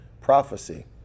Prophecy